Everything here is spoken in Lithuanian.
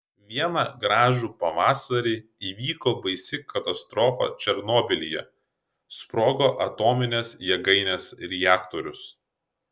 vieną gražų pavasarį įvyko baisi katastrofa černobylyje sprogo atominės jėgainės reaktorius